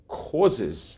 causes